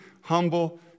humble